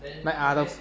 like others